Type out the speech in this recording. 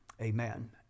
amen